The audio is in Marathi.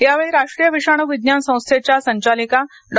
यावेळी राष्ट्रीय विषाणू विज्ञान संस्थेच्या संचालिका डॉ